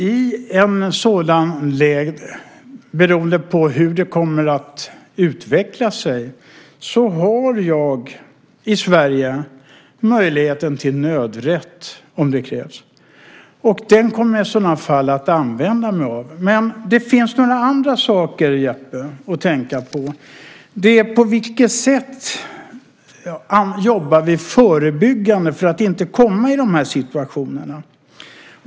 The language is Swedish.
Fru talman! I ett sådant läge, beroende på hur det kommer att utveckla sig, har jag i Sverige möjligheten till nödrätt om det krävs. Och den kommer jag i sådana fall att använda mig av. Men det finns några andra saker att tänka på, Jeppe, nämligen på vilket sätt som vi jobbar förebyggande för att inte komma i dessa situationer.